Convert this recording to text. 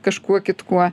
kažkuo kitkuo